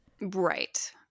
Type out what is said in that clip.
Right